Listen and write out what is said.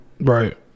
Right